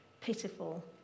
pitiful